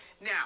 Now